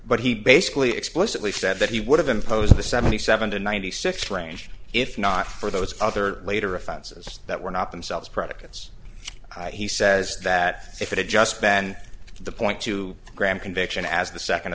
but he basically explicitly said that he would have imposed the seventy seven to ninety six strange if not for those other later offenses that were not themselves predicates he says that if it had just been the point to graeme conviction as the second